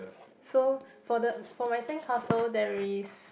so for the for my sandcastle there is